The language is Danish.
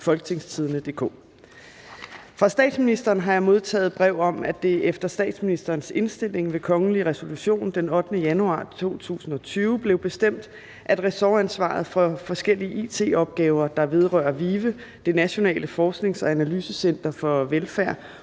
folketingstidende.dk (jf. ovenfor). Fra statsministeren har jeg modtaget brev om, at det efter statsministerens indstilling ved kongelig resolution den 8. januar 2020 blev bestemt, at ressortansvaret for forskellige it-opgaver, der vedrører VIVE – Det Nationale Forsknings- og Analysecenter for velfærd,